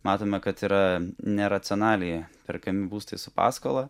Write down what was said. matome kad yra neracionaliai perkami būstai su paskola